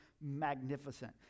magnificent